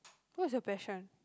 what's your passion